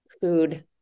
food